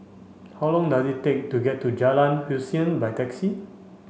how long does it take to get to Jalan Hussein by taxi